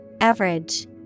Average